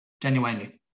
genuinely